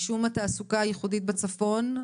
משום התעסוקה הייחודית בצפון,